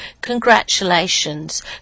congratulations